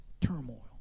turmoil